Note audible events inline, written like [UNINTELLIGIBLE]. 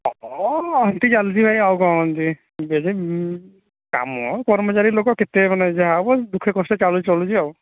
ହଁ ଏମିତି ଚାଲିଛି ଭାଇ ଆଉ କଣ ଏମିତି [UNINTELLIGIBLE] କାମ କର୍ମଚାରୀ ଲୋକ କେତେ ମାନେ ଯାହା ହବ ଦୁଃଖେ କଷ୍ଟେ ଚଳୁଚି ଆଉ